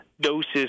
Doses